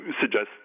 suggest